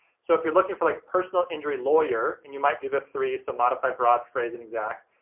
so, if you're looking for like personal injury lawyer, and you might do the three, so modified broad, phrase, and exact.